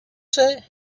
say